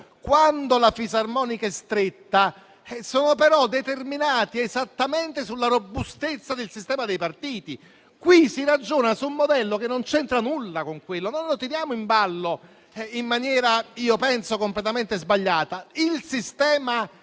quando la fisarmonica è stretta, sono però determinati esattamente sulla robustezza del sistema dei partiti. In questo caso, però, si ragiona su un modello che non c'entra nulla con quello, quindi non tiriamolo in ballo in maniera a mio avviso completamente sbagliata. Il sistema